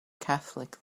catholic